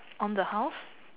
on the house